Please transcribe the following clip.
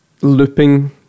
looping